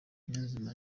niyonzima